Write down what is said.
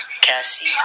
Cassie